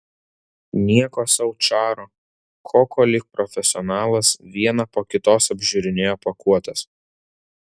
nieko sau čaro koko lyg profesionalas vieną po kitos apžiūrinėjo pakuotes